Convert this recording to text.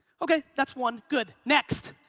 okay, that's one. good. next.